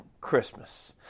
Christmas